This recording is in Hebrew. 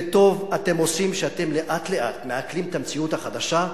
וטוב אתם עושים שלאט-לאט אתם מעכלים את המציאות החדשה,